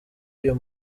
y’uyu